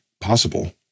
possible